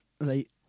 right